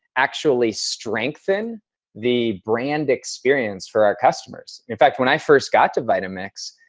actually strengthen the brand experience for our customers. in fact, when i first got to vitamix,